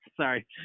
Sorry